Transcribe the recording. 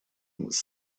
was